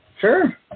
Sure